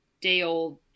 day-old